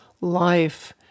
life